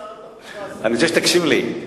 שר התחבורה, אני רוצה שתקשיב לי.